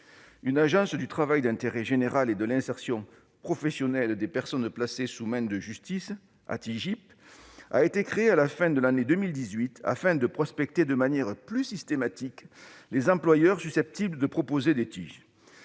L'Agence du travail d'intérêt général et de l'insertion professionnelle des personnes placées sous main de justice (Atigip) a été créée à la fin de l'année 2018 pour prospecter de manière plus systématique les employeurs susceptibles de proposer des TIG.